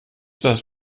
das